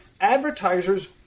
advertisers